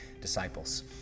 disciples